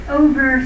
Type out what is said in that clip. over